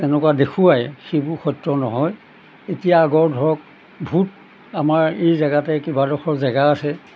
তেনেকুৱা দেখুৱাই সেইবোৰ সত্য নহয় এতিয়া আগৰ ধৰক ভূত আমাৰ এই জেগাতে কেইবা ডখৰ জেগা আছে